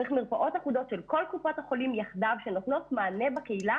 צריך מרפאות אחודות של כל קופות החולים יחד שנותנות מענה בקהילה